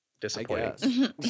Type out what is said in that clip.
Disappointing